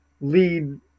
lead